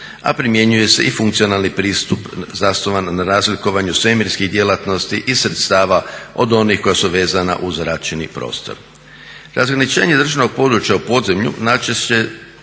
a primjenjuje se i funkcionalni pristup zasnovan na razlikovanju svemirskih djelatnosti i sredstava od onih koja su vezana uz zračni prostor. Razgraničenje državnog područja u podzemlju najčešće